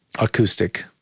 acoustic